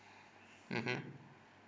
mmhmm